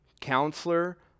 Counselor